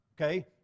okay